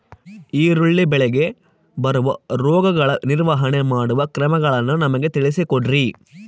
ಈರುಳ್ಳಿ ಬೆಳೆಗೆ ಬರುವ ರೋಗಗಳ ನಿರ್ವಹಣೆ ಮಾಡುವ ಕ್ರಮಗಳನ್ನು ನಮಗೆ ತಿಳಿಸಿ ಕೊಡ್ರಿ?